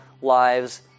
lives